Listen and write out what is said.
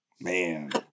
Man